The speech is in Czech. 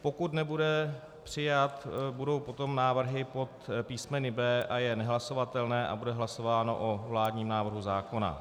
Pokud nebude přijat, budou potom návrhy pod písmeny B a J nehlasovatelné a bude hlasováno o vládním návrhu zákona.